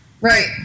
Right